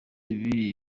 ibi